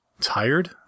Tired